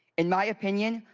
in my opinion,